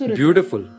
beautiful